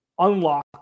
unlock